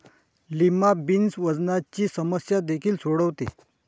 lima beans वजनाची समस्या देखील सोडवते